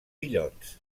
illots